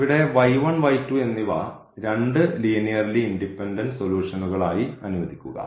ഇവിടെ എന്നിവ 2 linearly independent സൊലൂഷൻകൾ ആയി അനുവദിക്കുക